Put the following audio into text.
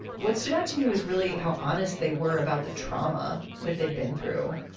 what stood out to me was really how honest they were about the trauma that they'd been through.